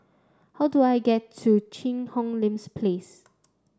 how do I get to Cheang Hong Lim's Place